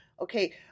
okay